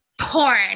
porn